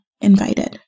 invited